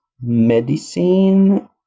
medicine